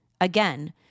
Again